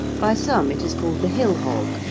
by some it is called the hill-hog,